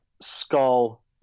skull